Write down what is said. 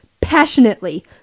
passionately